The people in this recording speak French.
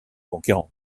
conquérant